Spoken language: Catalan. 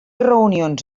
reunions